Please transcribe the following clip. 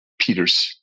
Peter's